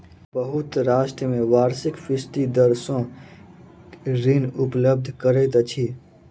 बहुत राष्ट्र में वार्षिक फीसदी दर सॅ ऋण उपलब्ध करैत अछि